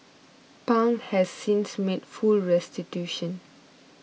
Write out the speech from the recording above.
pang has since made full restitution